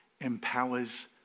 empowers